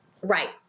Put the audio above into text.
Right